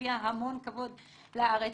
מביאה המון כבוד לארץ.